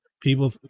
people